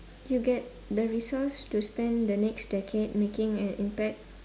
you get the resource to spend the next decade making an impact